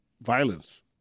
violence